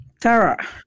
Tara